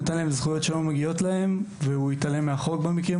נתן להם זכויות שלא מגיעות להם והתעלם מהחוק.